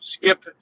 Skip